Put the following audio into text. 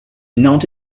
nod